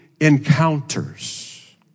encounters